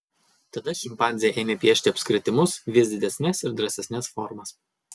tada šimpanzė ėmė piešti apskritimus vis didesnes ir drąsesnes formas